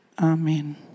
Amen